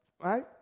Right